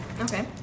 Okay